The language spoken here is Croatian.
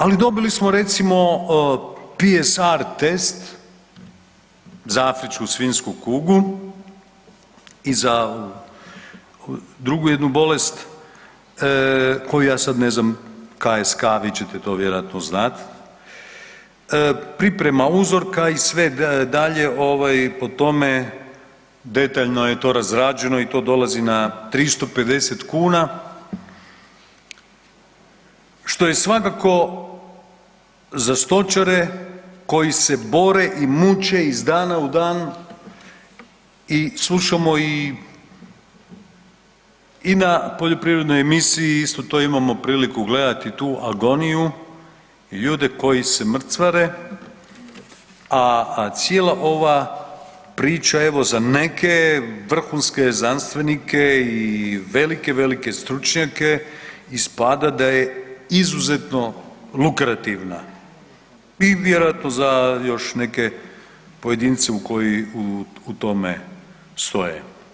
Ali dobili smo recimo PCR test za afričku svinjsku kugu i za drugu jednu bolest koju ja sad ne znam KSK vi ćete to vjerojatno znati, priprema uzorka i sve dalje ovaj po tome detaljno je to razrađeno i to dolazi na 350 kuna, što je svakako za stočare koji se bore i muče iz dana u dan i slušamo i, i na poljoprivrednoj emisiji isto to imamo priliku gledati tu agoniju i ljude koji se mrcvare, a cijela ova priča evo za neke vrhunske znanstvenike i velike, velike stručnjake ispada da je izuzetno lukrativna i vjerojatno za još neke pojedince koji u tome stoje.